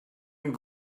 and